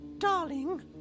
Darling